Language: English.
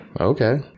okay